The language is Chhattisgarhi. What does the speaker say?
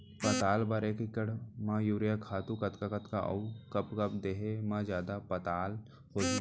पताल बर एक एकड़ म यूरिया खातू कतका कतका अऊ कब कब देहे म जादा पताल होही?